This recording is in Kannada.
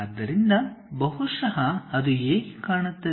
ಆದ್ದರಿಂದ ಬಹುಶಃ ಅದು ಹಾಗೆ ಕಾಣುತ್ತದೆ